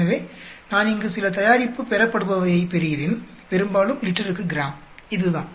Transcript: எனவே நான் இங்கு சில தயாரிப்பு பெறப்படுபவையைப் பெறுகிறேன் பெரும்பாலும் லிட்டருக்கு கிராம் இதுதான்